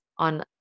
on